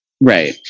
right